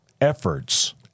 efforts